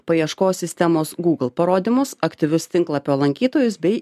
paieškos sistemos google parodymus aktyvius tinklapio lankytojus bei